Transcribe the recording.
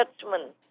judgment